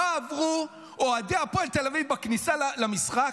עברו אוהדי הפועל תל אביב בכניסה למשחק?